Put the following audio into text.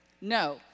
No